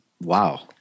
wow